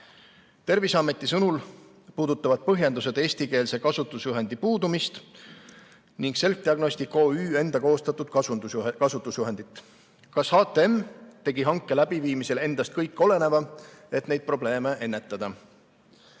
Terviseameti sõnul puudutavad põhjendused eestikeelse kasutusjuhendi puudumist ning Selfdiagnostics OÜ enda koostatud kasutusjuhendit. Kas HTM tegi hanke läbiviimisel kõik endast oleneva, et neid probleeme ennetada?